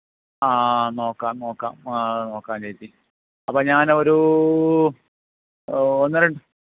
ആഹ് നോക്കാം നോക്കാം ആഹ് അത് നോക്കാം ചേച്ചി അപ്പം ഞാനൊരു ഒന്ന് രണ്ട്